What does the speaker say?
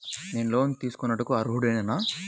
నేను లోన్ తీసుకొనుటకు అర్హుడనేన?